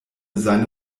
seine